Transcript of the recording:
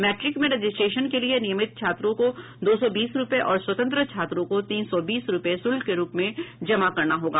matric में registration के लिए नियमित छात्रों को दो सौ बीस रूपये और स्वतंत्र छात्रों को तीन सौ बीस रूपये शुल्क के रूप में जमा करना होगा